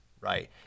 Right